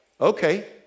Okay